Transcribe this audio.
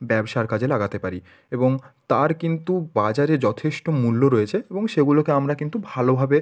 ব্যবসার কাজে লাগাতে পারি এবং তার কিন্তু বাজারে যথেষ্ট মূল্য রয়েছে এবং সেগুলোকে আমরা কিন্তু ভালোভাবে